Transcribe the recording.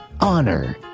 honor